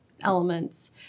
elements